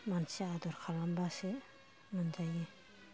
मानसिया आदर खालामाबासो मोनजायो